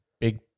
big